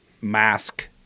mask